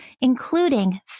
including